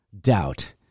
doubt